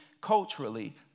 culturally